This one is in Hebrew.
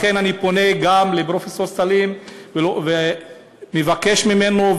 לכן אני פונה גם לפרופסור סלים ומבקש ממנו,